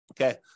Okay